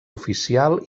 oficial